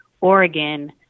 Oregon